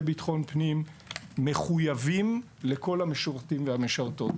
ביטחון פנים מחויבים לכל המשרתים והמשרתות.